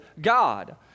God